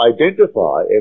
identify